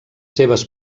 seves